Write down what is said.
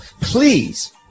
please